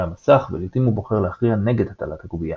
המסך ולעיתים הוא בוחר להכריע נגד הטלת הקובייה.